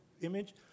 image